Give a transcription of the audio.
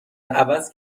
عوض